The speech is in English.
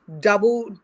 double